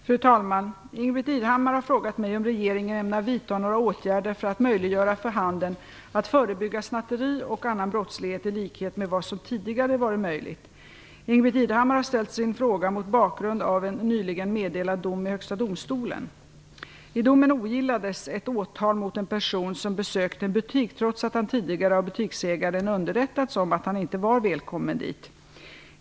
Fru talman! Ingbritt Irhammar har frågat mig om regeringen ämnar vidta några åtgärder för att möjliggöra för handeln att förebygga snatteri och annan brottslighet i likhet med vad som tidigare varit möjligt. Ingbritt Irhammar har ställt sin fråga mot bakgrund av en nyligen meddelad dom i Högsta domstolen. I domen ogillades ett åtal mot en person som besökt en butik, trots att han tidigare av butiksägaren underrättats om att han inte var välkommen dit.